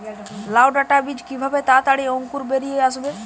লাউ ডাটা বীজ কিভাবে তাড়াতাড়ি অঙ্কুর বেরিয়ে আসবে?